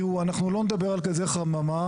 תראו אנחנו לא נדבר על גזי חממה,